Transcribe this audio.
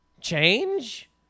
change